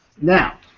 Now